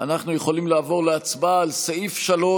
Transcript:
אנחנו יכולים לעבור להצבעה על סעיף 3,